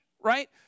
right